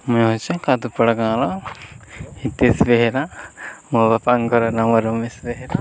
ମୁଁ ହେଉଛି କାଦୁପଡ଼ା ଗାଁ ର ହିତେଶ ବେହେରା ମୋ ବାପାଙ୍କର ନାମ ରମେଶ ବେହେରା